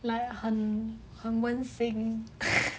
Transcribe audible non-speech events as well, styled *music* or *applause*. like 很很温心 *laughs*